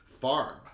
farm